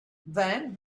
then